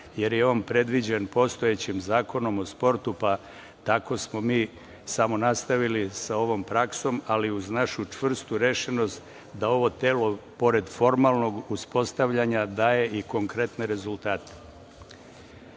jer je on predviđen postojećim Zakonom o sportu, pa tako smo mi samo nastavili sa ovom praksom, ali uz našu čvrstu rešenost da ovo telo pored formalnog uspostavljanja daje i konkretne rezultate. Sa